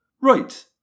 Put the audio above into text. right